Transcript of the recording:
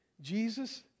Jesus